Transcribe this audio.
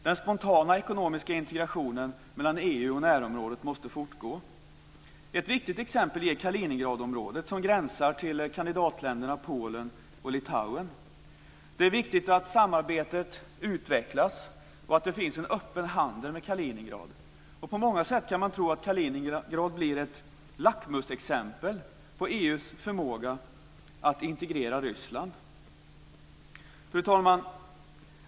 Den spontana ekonomiska integrationen mellan EU och närområdet måste fortgå. Ett viktigt exempel är Kaliningradområdet, som gränsar till kandidatländerna Polen och Litauen. Det är viktigt att samarbetet utvecklas och att det finns en öppen handel med Kaliningrad. På många sätt kan Kaliningrad bli ett lackmusexempel på EU:s förmåga att integrera Ryssland. Fru talman!